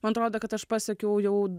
man atrodo kad aš pasiekiau jau